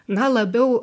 na labiau